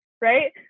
right